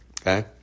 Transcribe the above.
Okay